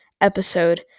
episode